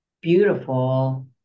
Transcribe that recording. beautiful